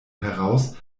heraus